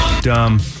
Dumb